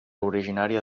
originària